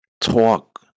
talk